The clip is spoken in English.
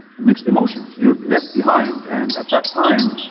mixed emotions, you're left behind. and at that time,